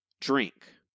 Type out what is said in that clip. drink